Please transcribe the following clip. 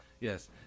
Yes